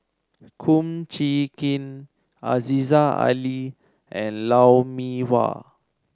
Kum Chee Kin Aziza Ali and Lou Mee Wah